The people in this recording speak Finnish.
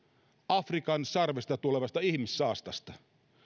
afrikan sarvesta tulevasta ihmissaastasta